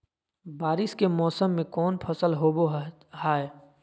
बारिस के मौसम में कौन फसल होबो हाय?